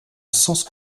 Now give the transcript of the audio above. sens